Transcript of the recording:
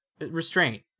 restraint